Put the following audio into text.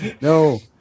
No